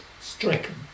stricken